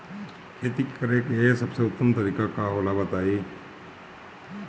खेती करे के सबसे उत्तम तरीका का होला बताई?